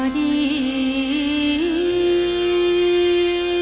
e.